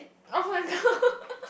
oh-my-god